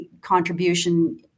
contribution